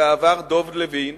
לשעבר דב לוין,